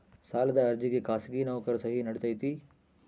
ಸಾಲದ ಅರ್ಜಿಗೆ ಖಾಸಗಿ ನೌಕರರ ಸಹಿ ನಡಿತೈತಿ?